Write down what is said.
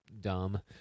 dumb